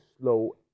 slow